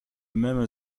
même